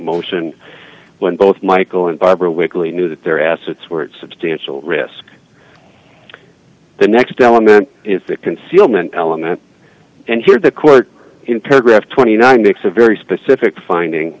motion when both michael and barbara wigley knew that their assets were substantial risk the next element is the concealment element and here the court in paragraph twenty nine makes a very specific finding